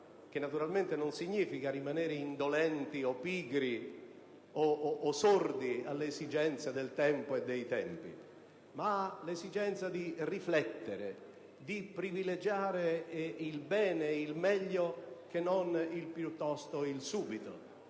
che naturalmente non significa rimanere indolenti o pigri o sordi all'esigenza del tempo e dei tempi, ma privilegiare l'esigenza di riflettere, privilegiare il bene e il meglio che non il piuttosto e il subito.